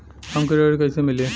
हमके ऋण कईसे मिली?